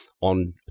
on